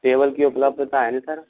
table की उपलब्धता है ना सर